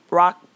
rock